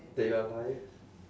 that you're alive